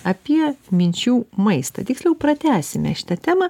apie minčių maistą tiksliau pratęsime šitą temą